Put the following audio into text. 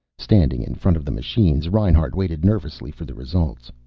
standing in front of the machines, reinhart waited nervously for the results.